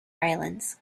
islands